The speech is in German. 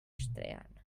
stirn